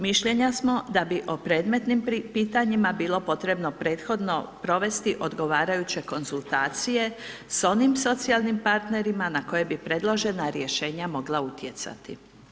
Mišljenja smo da bi o predmetnim pitanjima bilo potrebno prethodno provesti odgovarajuće konzultacije sa onim socijalni partnerima na koje bi predložena rješenja mogla utjecati.